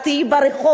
את תהיי ברחוב,